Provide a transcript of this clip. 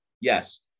yes